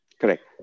Correct